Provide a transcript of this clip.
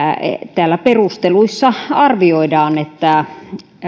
täällä perusteluissa arvioidaan että